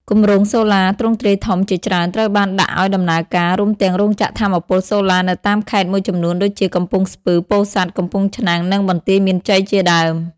គម្រោងសូឡាទ្រង់ទ្រាយធំជាច្រើនត្រូវបានដាក់ឱ្យដំណើរការ រួមទាំងរោងចក្រថាមពលសូឡានៅតាមខេត្តមួយចំនួនដូចជា កំពង់ស្ពឺ ពោធិ៍សាត់ កំពង់ឆ្នាំង និងបន្ទាយមានជ័យជាដើម។